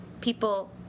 people